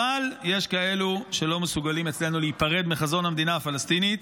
אבל יש כאלו אצלנו שלא מסוגלים להיפרד מחזון המדינה הפלסטינית,